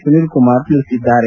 ಸುನೀಲ್ ಕುಮಾರ್ ತಿಳಿಸಿದ್ದಾರೆ